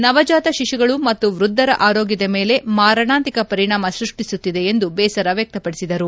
ನವಜಾತ ಶಿಶುಗಳು ಮತ್ತು ವೃದ್ಧರ ಆರೋಗ್ಧದ ಮೇಲೆ ಮಾರಣಾಂತಿಕ ಪರಿಣಾಮ ಸೃಷ್ಟಿಸುತ್ತಿದೆ ಎಂದು ಬೇಸರ ವ್ಯಕ್ತಪಡಿಸಿದೆ